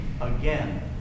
Again